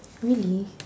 really